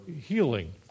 healing